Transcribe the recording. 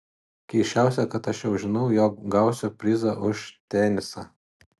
keisčiausia kad aš jau žinau jog gausiu prizą už tenisą